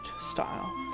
style